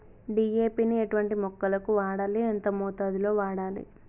DAP ని ఎటువంటి మొక్కలకు వాడాలి? ఎంత మోతాదులో వాడాలి?